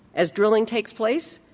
as drilling takes place,